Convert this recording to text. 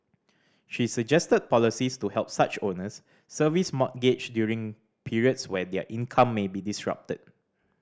she suggested policies to help such owners service mortgage during periods where their income may be disrupted